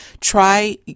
Try